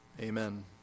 Amen